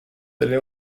delle